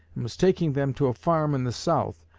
and was taking them to a farm in the south.